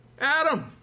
Adam